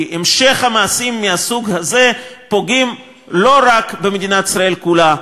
כי המשך המעשים מהסוג הזה פוגע לא רק במדינת ישראל כולה,